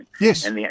Yes